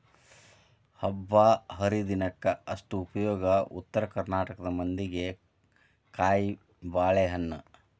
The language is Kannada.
ಹಬ್ಬಾಹರಿದಿನಕ್ಕ ಅಷ್ಟ ಉಪಯೋಗ ಉತ್ತರ ಕರ್ನಾಟಕ ಮಂದಿಗೆ ಕಾಯಿಬಾಳೇಹಣ್ಣ